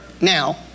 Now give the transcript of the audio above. now